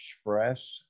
express